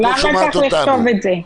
אז למה לכתוב את זה?